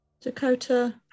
Dakota